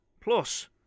Plus